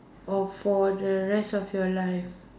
off for the rest of your life